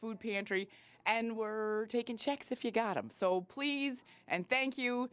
food pantry and were taken checks if you got them so please and thank you